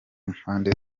mpande